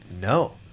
no